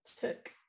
took